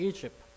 Egypt